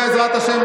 בעזרת השם,